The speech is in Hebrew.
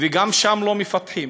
גם שם לא מפתחים.